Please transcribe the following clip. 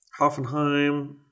Hoffenheim